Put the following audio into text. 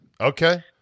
Okay